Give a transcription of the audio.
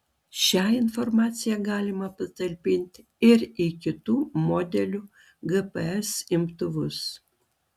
šią informaciją galima patalpinti ir į kitų modelių gps imtuvus